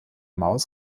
maus